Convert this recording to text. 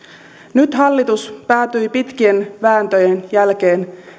nyt hallitus sitten päätyi pitkien vääntöjen jälkeen